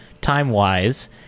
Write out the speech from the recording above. time-wise